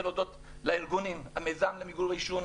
להודות לארגונים: המיזם למיגור עישון,